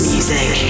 Music